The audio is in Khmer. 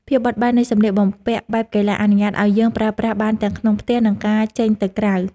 ភាពបត់បែននៃសម្លៀកបំពាក់បែបកីឡាអនុញ្ញាតឱ្យយើងប្រើប្រាស់បានទាំងក្នុងផ្ទះ និងការចេញទៅក្រៅ។